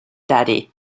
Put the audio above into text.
daddy